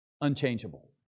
unchangeable